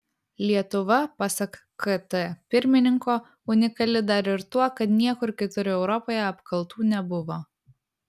lietuva pasak kt pirmininko unikali dar ir tuo kad niekur kitur europoje apkaltų nebuvo